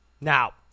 Now